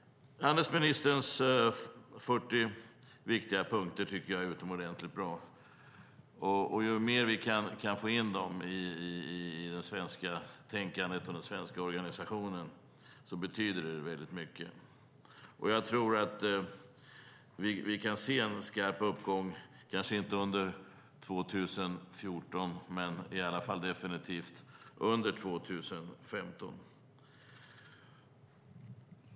Handelsministerns 40 viktiga punkter är utomordentligt bra. Det betyder mycket om vi kan få in dem i det svenska tänkandet och den svenska organisationen. Vi kommer att se en skarp uppgång kanske inte under 2014 men definitivt under 2015.